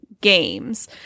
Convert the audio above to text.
games